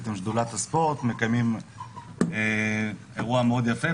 עם שדולת הספורט מקיימים אירוע מאוד יפה,